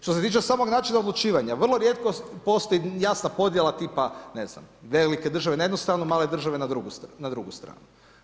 Što se tiče samog načina odlučivanja vrlo rijetko postoji jasna podjela tipa na znam velike države na jednu stranu, male države na drugu stranu.